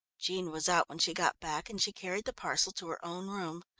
jean was out when she got back and she carried the parcel to her own room.